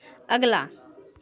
अगला